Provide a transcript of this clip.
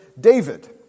David